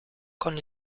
con